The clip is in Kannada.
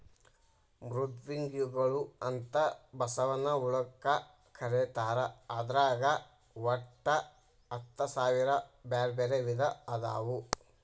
ಮೃದ್ವಂಗಿಗಳು ಅಂತ ಬಸವನ ಹುಳಕ್ಕ ಕರೇತಾರ ಅದ್ರಾಗ ಒಟ್ಟ ಹತ್ತಸಾವಿರ ಬ್ಯಾರ್ಬ್ಯಾರೇ ವಿಧ ಅದಾವು